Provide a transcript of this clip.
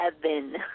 heaven